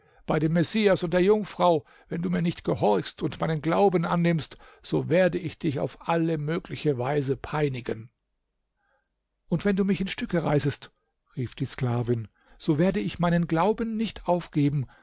bei dem messias und der jungfrau wenn du mir nicht gehorchst und meinen glauben annimmst so werde ich dich auf alle mögliche weise peinigen und wenn du mich in stücke reißest rief die sklavin so werde ich meinen glauben nicht aufgeben